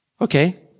okay